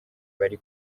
bari